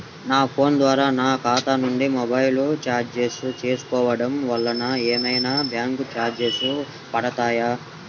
నా ఫోన్ ద్వారా నా ఖాతా నుండి మొబైల్ రీఛార్జ్ చేసుకోవటం వలన ఏమైనా బ్యాంకు చార్జెస్ పడతాయా?